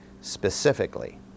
specifically